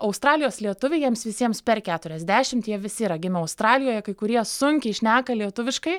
australijos lietuviai jiems visiems per keturiasdešimt jie visi yra gimę australijoje kai kurie sunkiai šneka lietuviškai